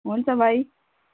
हुन्छ भाइ